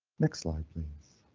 next slide, please.